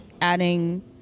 adding